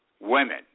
women